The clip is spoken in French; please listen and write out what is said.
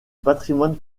patrimoine